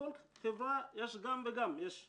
ובכל חברה יש גם וגם גם